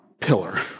pillar